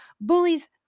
bullies